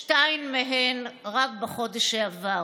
שתיים מהן רק בחודש שעבר.